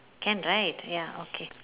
can right ya okay